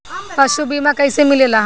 पशु बीमा कैसे मिलेला?